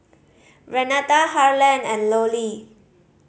Renata Harlen and Lollie